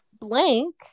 Blank